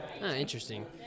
interesting